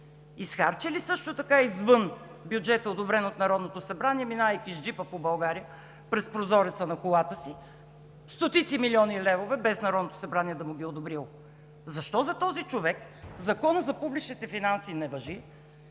изхарчи ли също така извън бюджета, одобрен от Народното събрание, минавайки с джипа по България, през прозореца на колата си, стотици милиони левове, без Народното събрание да му ги е одобрило? Защо за този човек Законът за публичните финанси не важи,